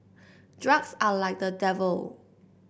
drugs are like the devil